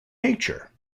nature